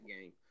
game